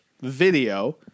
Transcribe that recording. video